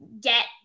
get